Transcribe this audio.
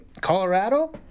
Colorado